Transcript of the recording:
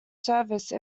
service